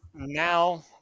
Now